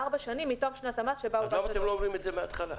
ארבע שנים מתום שנת המס שבה הוגש הדוח.